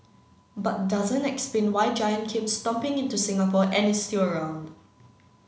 but doesn't explain why Giant came stomping into Singapore and is still around